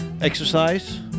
exercise